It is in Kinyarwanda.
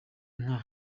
nka